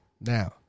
now